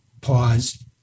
pause